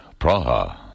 Praha